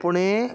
Pune